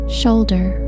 shoulder